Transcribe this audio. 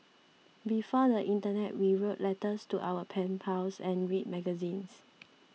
before the internet we wrote letters to our pen pals and read magazines